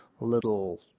little